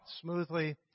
smoothly